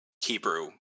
Hebrew